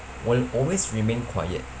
will always remain quiet